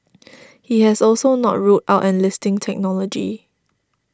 he has also not ruled out enlisting technology